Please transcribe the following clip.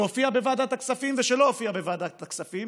שהופיע בוועדת הכספים ושלא הופיע בוועדת הכספים,